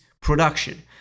production